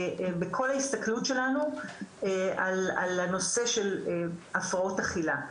בכל ההסתכלות שלנו על הנושא של הפרעות אכילה.